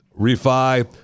refi